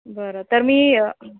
बरं तर मी